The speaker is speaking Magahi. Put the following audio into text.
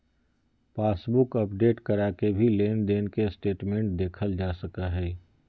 पासबुक अपडेट करा के भी लेनदेन के स्टेटमेंट देखल जा सकय हय